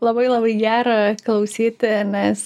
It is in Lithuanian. labai labai gera klausyti nes